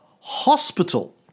Hospital